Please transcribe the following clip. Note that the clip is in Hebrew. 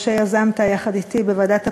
משה, יזמת יחד אתי בוועדת הפנים,